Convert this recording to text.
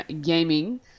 gaming